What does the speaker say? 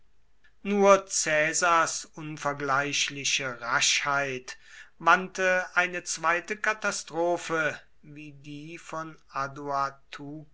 nur caesars unvergleichliche raschheit wandte eine zweite katastrophe wie die von